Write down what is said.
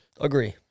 Agree